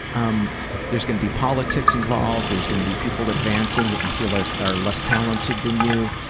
um there's going to be politics involved, there's going to be people advancing that you feel are are less talented than you,